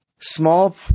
small